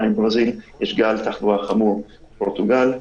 יש גל תחלואה חמור בפורטוגל,